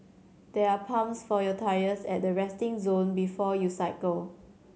there are pumps for your tyres at the resting zone before you cycle